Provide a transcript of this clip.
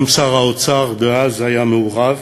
גם שר האוצר דאז היה מעורב,